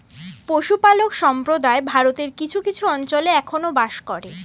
পশুপালক সম্প্রদায় ভারতের কিছু কিছু অঞ্চলে এখনো বাস করে